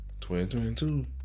2022